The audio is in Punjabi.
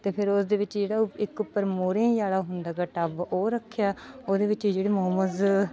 ਅਤੇ ਫਿਰ ਉਸ ਦੇ ਵਿੱਚ ਜਿਹੜਾ ਉਹ ਇੱਕ ਉੱਪਰ ਮੋਰੀਆਂ ਜਿਹਾ ਵਾਲਾ ਹੁੰਦਾ ਗਾ ਟੱਬ ਉਹ ਰੱਖਿਆ ਉਹਦੇ ਵਿੱਚ ਜਿਹੜੇ ਮੋਮੋਜ